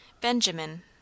Benjamin